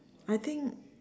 I think